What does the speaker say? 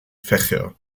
fächer